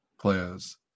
players